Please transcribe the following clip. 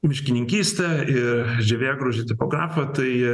miškininkystė ir žievėgraužio tipografą tai